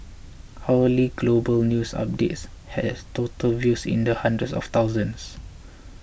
hourly global news updates had total views in the hundreds of thousands